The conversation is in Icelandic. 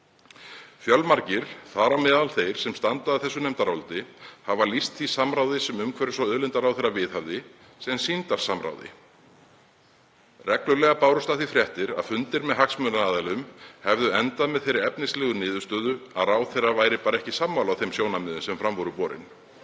Fjölmargir, þar á meðal þeir sem standa að þessu nefndaráliti, hafa lýst því samráði sem umhverfis- og auðlindaráðherra viðhafði sem sýndarsamráði. Reglulega bárust af því fréttir að fundir með hagsmunaaðilum hefðu endað með þeirri efnislegu niðurstöðu að ráðherra væri bara ekki sammála þeim sjónarmiðum sem fram voru borin.